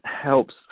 helps